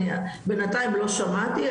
אני בינתיים לא שמעתי,